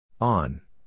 On